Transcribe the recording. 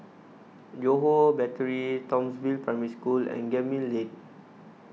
Johore Battery Townsville Primary School and Gemmill Lane